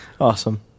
Awesome